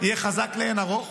יהיה חזק לאין ערוך,